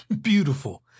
beautiful